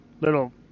little